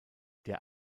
der